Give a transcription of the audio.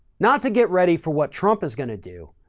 not to get ready for what trump is going to do,